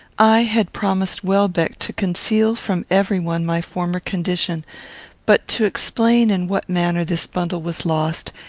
i had promised welbeck to conceal from every one my former condition but to explain in what manner this bundle was lost,